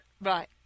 Right